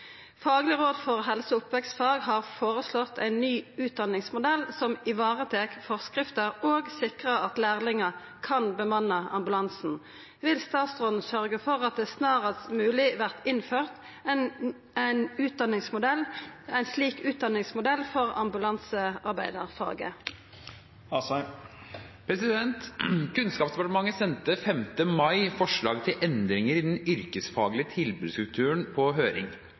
for helse- og oppvekstfag har føreslått ein ny utdanningsmodell som ivaretek forskrifta og sikrar at lærlingar kan bemanne ambulansen. Vil statsråden sørgje for at det snarast mogleg vert innført ein slik utdanningsmodell for ambulansearbeidarfaget?» Kunnskapsdepartementet sendte 5. mai forslag til endringer i den yrkesfaglige tilbudsstrukturen på